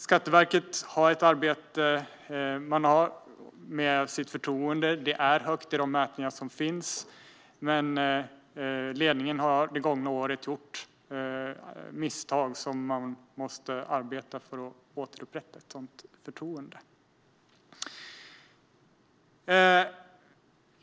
Skatteverket har ett arbete att göra när det gäller förtroendet. Det är högt i de mätningar som finns, men ledningen har under det gångna året gjort misstag och måste arbeta för att återupprätta sitt förtroende.